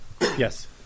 Yes